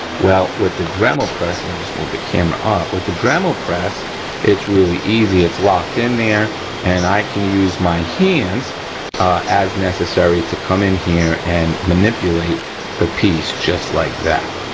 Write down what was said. well, with the dremel press, let me just move the camera up, with the dremel press it's really easy. it's locked in there and i can use my hands as necessary to come in here and manipulate the piece just like that,